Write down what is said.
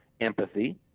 empathy